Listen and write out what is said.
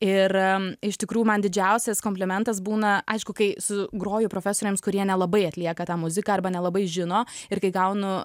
ir iš tikrųjų man didžiausias komplimentas būna aišku kai sugroju profesoriams kurie nelabai atlieka tą muziką arba nelabai žino ir kai gaunu